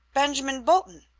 benjamin bolton!